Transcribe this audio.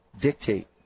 dictate